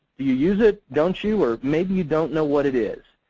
do you use it? don't you? or maybe you don't know what it is?